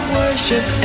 worship